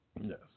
Yes